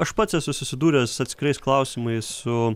aš pats esu susidūręs atskirais klausimais su